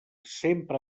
sempre